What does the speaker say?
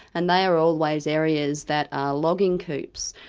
and they are always areas that are logging coops.